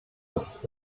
dass